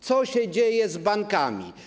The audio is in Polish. Co się dzieje z bankami?